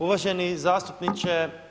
Uvaženi zastupniče.